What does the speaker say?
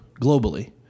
globally